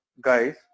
guys